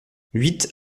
huit